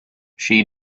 she